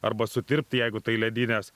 arba sutirpt jeigu tai ledinės